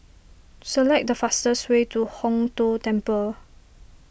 select the fastest way to Hong Tho Temple